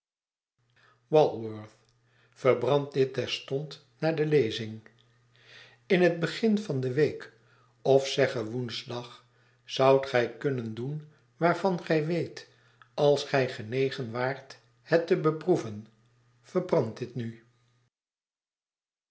walworth verbrand dit terstond na de lezing in het begin van de week of zegge woensdag zoudt gij kunnen doen waarvan gij weet als gij genegen waart het tebeproeven yerbrand ditnu